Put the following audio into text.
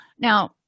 Now